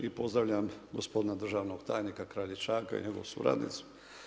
I pozdravljam gospodina državnog tajnika Kraljičaka i njegovu suradnicu.